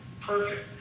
Perfect